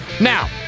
Now